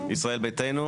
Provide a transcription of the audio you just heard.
ביתנו